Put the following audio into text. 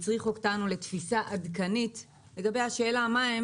לכן הוא הצריך אותנו לתפיסה עדכנית לגבי השאלה: מה הם